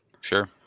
Sure